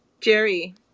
Jerry